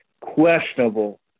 questionable